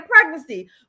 pregnancy